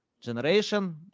generation